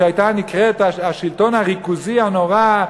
שהייתה נקראת השלטון הריכוזי הנורא,